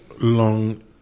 long